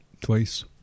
twice